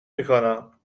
میکنم